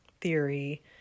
theory